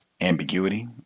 ambiguity